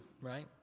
right